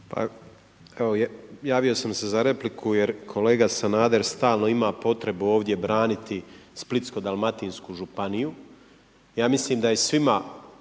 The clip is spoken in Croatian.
Pa kao javio sam se za repliku jer kolega Sanader stalno ima potrebu ovdje braniti Splitsko-dalmatinsku županiju. Ja mislim da je svima